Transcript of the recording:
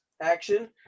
action